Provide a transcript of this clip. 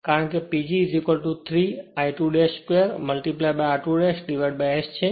કારણ કે PG 3 I2 2 r2 S છે